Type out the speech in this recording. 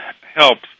helps